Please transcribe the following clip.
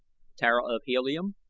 tara of helium,